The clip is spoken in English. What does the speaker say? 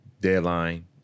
deadline